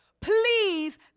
please